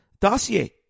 dossier